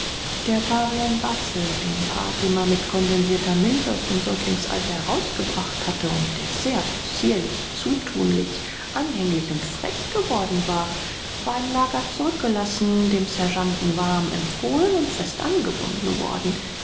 der pavian basse den fatima mit kondensierter milch aus dem säuglingsalter herausgebracht hatte und der sehr possierlich zutunlich anhänglich und frech geworden war war im lager zurückgelassen dem sergeanten warm empfohlen und fest angebunden worden